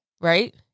Right